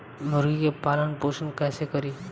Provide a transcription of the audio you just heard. मुर्गी के पालन पोषण कैसे करी?